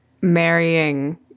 marrying